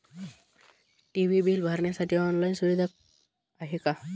TV bill भरण्यासाठी online सुविधा आहे का?